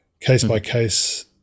case-by-case